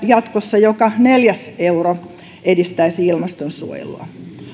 jatkossa joka neljäs euro edistäisi ilmastonsuojelua